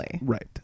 Right